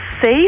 safe